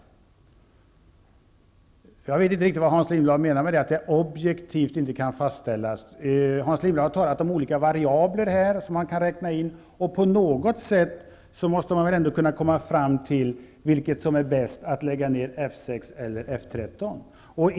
Jag vet inte riktigt vad Hans Lindblad menar med att det inte objektivt kan fastställas. Hans Lindblad har talat om olika variabler, och på något sätt måste man väl ändå kunna komma fram till vilket som är bäst att lägga ned -- F 6 eller F 13.